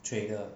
这个